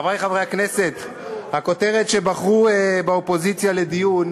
חברי חברי הכנסת, הכותרת שבחרו באופוזיציה לדיון